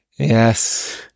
yes